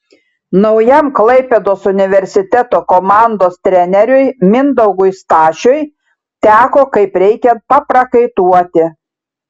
naujam klaipėdos universiteto komandos treneriui mindaugui stašiui teko kaip reikiant paprakaituoti